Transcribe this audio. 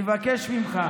אני מבקש ממך.